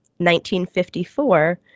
1954